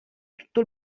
tutto